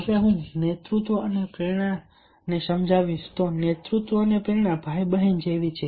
હવે નેતૃત્વ અને પ્રેરણા જો હું હાથમાં લઈશ તો નેતૃત્વ અને પ્રેરણા ભાઈ અને બહેન જેવી છે